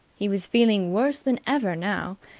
he was feeling worse than ever now,